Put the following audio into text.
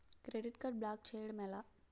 Credit card block చేయడం ఎలా?